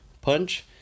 punch